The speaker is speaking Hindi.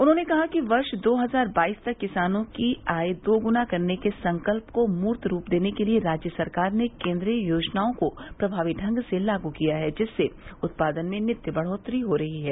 उन्होंने कहा कि वर्ष दो हज़ार बाईस तक किसानों की आय दो गुना करने के संकल्प को मूर्त रूप देने के लिए राज्य सरकार ने केन्द्रीय योजनाओं को प्रभावी ढंग से लागू किया है जिससे उत्पादन में नित्य बढ़ोत्तरी हो रही है